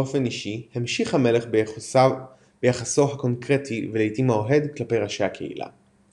באופן אישי המשיך המלך ביחסו הקורקטי ולעיתים האוהד כלפי ראשי הקהילה.